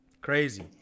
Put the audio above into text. crazy